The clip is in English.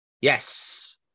Yes